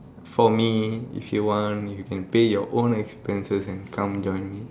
for me if you want you can pay your own expenses and come join me